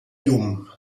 llum